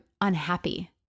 unhappy